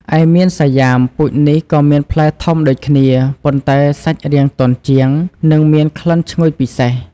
ឯមៀនសាយ៉ាម ពូជនេះក៏មានផ្លែធំដូចគ្នា ប៉ុន្តែសាច់រាងទន់ជាង និងមានក្លិនឈ្ងុយពិសេស។